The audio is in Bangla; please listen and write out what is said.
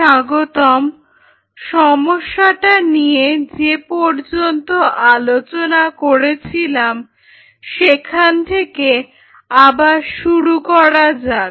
স্বাগতম সমস্যাটা নিয়ে যে পর্যন্ত আলোচনা করেছিলাম সেখান থেকে আবার শুরু করা যাক